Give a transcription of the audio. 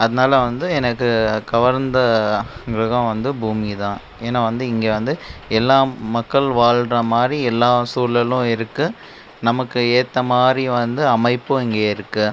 அதனால் வந்து எனக்கு கவர்ந்த கிரகம் வந்து பூமி தான் ஏன்னா வந்து இங்கே வந்து எல்லா மக்கள் வாழ்கிறா மாதிரி எல்லா சூழலும் இருக்கு நமக்கு ஏற்ற மாதிரி வந்து அமைப்பும் இங்கே இருக்கு